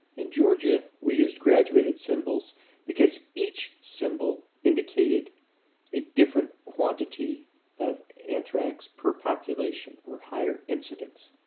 in georgia, we used graduated symbols because each symbol indicated a different quantity of anthrax per population, or higher incidence.